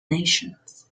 nations